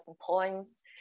points